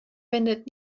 wendet